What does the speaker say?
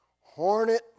hornet